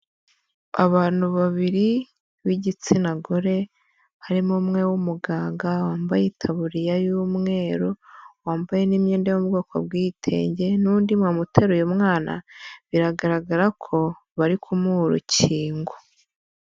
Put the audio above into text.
Abantu babiri b'igitsina gore harimo umwe w'umuganga wambaye itaburiya y'umweru wambaye imyenda yo mu bwoko bw'ibitenge n'undi mu mama uteruye umwana biragaragara ko bari kumuha urukingo.